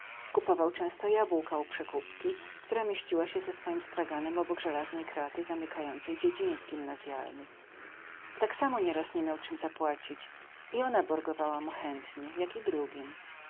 kupował często jabłka u przekupki która mieściła się ze swoim straganem obok żelaznej kraty zamykającej dziedziniec gimnazjalny tak samo nieraz nie miał czym zapłacić i ona borgowała mu chętnie jak i drugim